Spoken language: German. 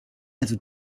also